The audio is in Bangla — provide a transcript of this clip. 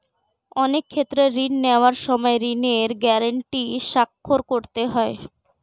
অনেক ক্ষেত্রে ঋণ নেওয়ার সময় ঋণের গ্যারান্টি স্বাক্ষর করতে হয়